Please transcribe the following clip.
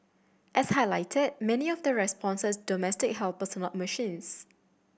as highlighted many of the responses domestic helpers not machines